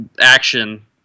action